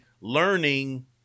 learning